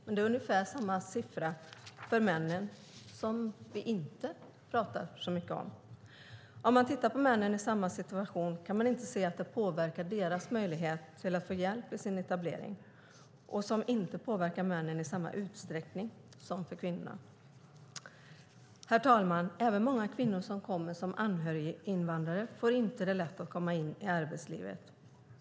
Det är dock ungefär samma siffra som för männen, som vi inte talar så mycket om. Tittar vi på männen i samma situation kan vi inte se att det påverkar deras möjlighet att få hjälp i sin etablering, och det påverkar inte männen i samma utsträckning som kvinnorna. Herr talman! Även många kvinnor som kommer som anhöriginvandrare har svårt att komma in i arbetslivet.